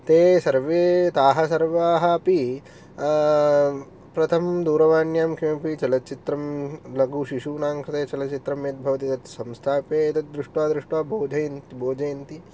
ते सर्वे ताः सर्वाः अपि प्रथमं दुरवाण्यां किमपि चलचित्रं लघुशिशूणाङ्कृते चलचित्रं यत् भवति तत् संस्थाप्य एतत् दृष्ट्वा दृष्ट्वा बोधयन् बोजयन्ति